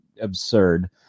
absurd